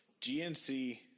GNC